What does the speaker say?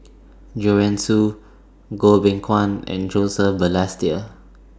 Joanne Soo Goh Beng Kwan and Joseph Balestier